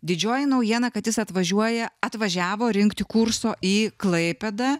didžioji naujiena kad jis atvažiuoja atvažiavo rinkti kurso į klaipėdą